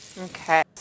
Okay